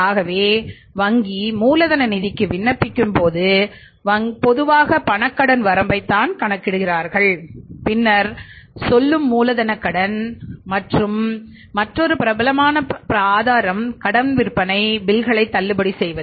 ஆகவே வங்கி மூலதன நிதிக்கு விண்ணப்பிக்கும்போது வங்கி பொதுவாகக் பணக் கடன் வரம்பைத்தான் கணக்கிடுகிறார்கள் பின்னர் சொல்லும் மூலதனக் கடன் மற்றும் மற்றொரு பிரபலமான ஆதாரம் கடன் விற்பனை பில்களை தள்ளுபடி செய்வது